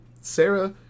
Sarah